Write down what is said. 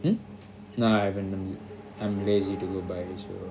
mm randonly நான்:naan I'm lazy to go buy so